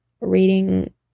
reading